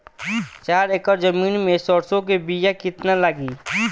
चार एकड़ जमीन में सरसों के बीया कितना लागी?